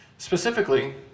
Specifically